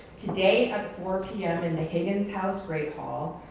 today at four p m. in the higgins house great hall,